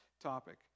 topic